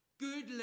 Good